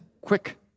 quick